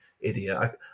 idiot